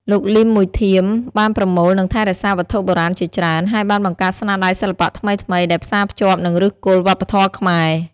លោក លីម មួយធៀម បានប្រមូល និងថែរក្សាវត្ថុបុរាណជាច្រើន ហើយបានបង្កើតស្នាដៃសិល្បៈថ្មីៗដែលផ្សារភ្ជាប់នឹងឫសគល់វប្បធម៌ខ្មែរ។